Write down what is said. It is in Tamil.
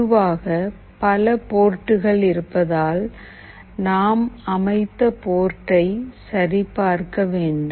பொதுவாக பல போர்ட்கள் இருப்பதால் நாம் அமைத்த போர்டை சரி பார்க்க வேண்டும்